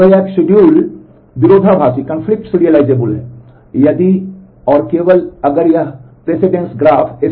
तो यह शेड्यूल एक विरोधाभासी है